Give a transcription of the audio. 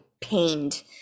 pained